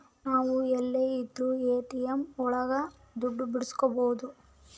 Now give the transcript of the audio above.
ನಾವ್ ಎಲ್ಲೆ ಇದ್ರೂ ಎ.ಟಿ.ಎಂ ಒಳಗ ದುಡ್ಡು ಬಿಡ್ಸ್ಕೊಬೋದು